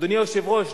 אדוני היושב-ראש,